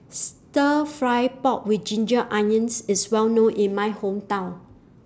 Stir Fry Pork with Ginger Onions IS Well known in My Hometown